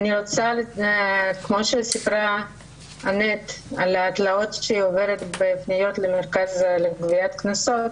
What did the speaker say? כמו שסיפרה אנט על התלאות שהיא עוברת בפניות למרכז לגביית קנסות,